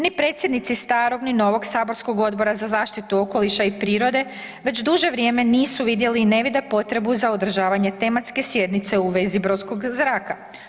Ni predsjednici starog ni novog saborskog Odbora za zaštitu okoliša i prirode već duže vrijeme nisu vidjeli i ne vide potrebu za održavanje tematske sjednice u vezi brodskog zraka.